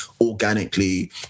organically